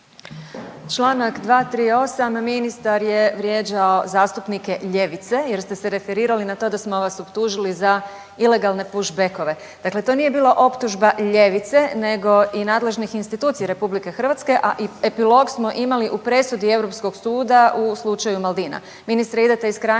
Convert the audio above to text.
Čl. 238. ministar je vrijeđao zastupnike ljevice jer ste se referirali na to da smo vas optužili za ilegalne pushbeckove. Dakle, to nije bila optužba ljevice nego i nadležnih institucija RH, a epilog smo imali u presudi Europskog suda u slučaju Madina.